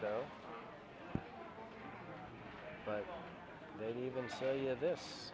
so but they'll even tell you this